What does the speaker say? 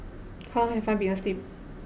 how long have I been asleep